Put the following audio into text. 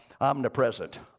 omnipresent